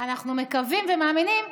אנחנו מקווים ומאמינים,